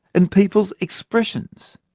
and people's expressions.